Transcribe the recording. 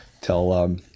tell